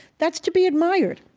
that's to be admired.